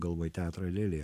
galvoj teatrą lėlė